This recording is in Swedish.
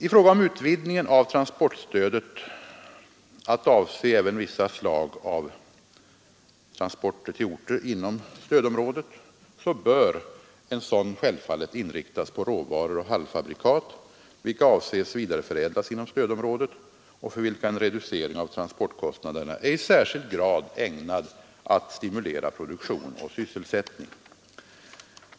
I fråga om utvidgningen av transportstödet till att avse även vissa slag av transporter till orter inom stödområdet bör en sådan självfallet inriktas på råvaror och halvfabrikat vilka avses att vidareförädlas inom stödområdet och för vilka en reducering av transportkostnaderna är i särskild grad ägnad att stimulera produktion och sysselsättning.